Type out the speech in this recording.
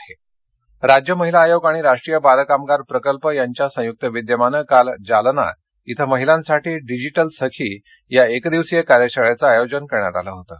digital Sakhi Jalna राज्य महिला आयोग आणि राष्ट्रीय बालकामगार प्रकल्प यांच्या संयुक्त विद्यमानं काल जालना इथं महिलांसाठी डिजिटल सखी याएकदिवसीय कार्यशाळेचं आयोजन करण्यात आलं होतं